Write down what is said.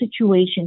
situation